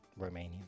Romanian